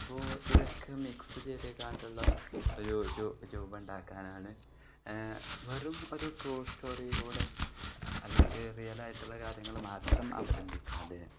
അപ്പോൾ ഇതൊക്കെ മിക്സ് ചെയ്ത്കൊണ്ടുള്ള ഒരു രൂപം ഉണ്ടാക്കാനാണ് വെറും ഒരു ട്രൂ സ്റ്റോറിയിലൂടെ അല്ലെങ്കിൽ റിയൽ ആയിട്ടുള്ള കാര്യങ്ങൾ മാത്രം അവലംബിക്കാതെ